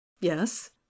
Yes